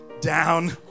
down